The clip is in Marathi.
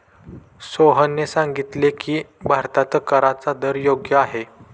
सोहनने सांगितले की, भारतात कराचा दर योग्य आहे